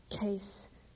Case